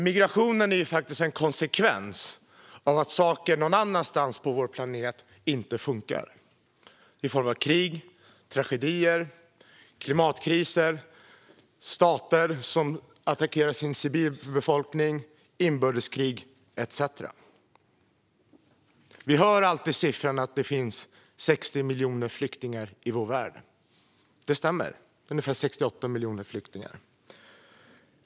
Migrationen är en konsekvens av att saker någon annanstans på vår planet inte funkar. Det kan handla om krig, tragedier, klimatkriser, stater som attackerar sin civilbefolkning, inbördeskrig etcetera. Vi hör alltid siffran 60 miljoner flyktingar i vår värld. Det stämmer; det finns ungefär 68 miljoner flyktingar.